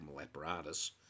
apparatus